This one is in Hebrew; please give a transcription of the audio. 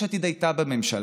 יש עתיד הייתה בממשלה.